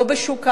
לא בשוק העבודה,